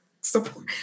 support